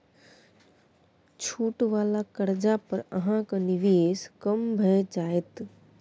छूट वला कर्जा पर अहाँक निवेश कम भए जाएत